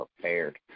prepared